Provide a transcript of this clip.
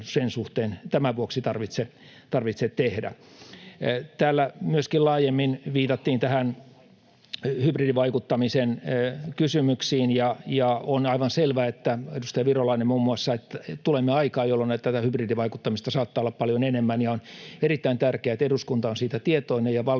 sen suhteen tämän vuoksi tarvitse tehdä. Täällä myöskin laajemmin viitattiin hybridivaikuttamisen kysymyksiin, edustaja Virolainen muun muassa, ja on aivan selvä, että tulemme aikaan, jolloin tätä hybridivaikuttamista saattaa olla paljon enemmän, ja on erittäin tärkeää, että eduskunta on siitä tietoinen ja valmistaudumme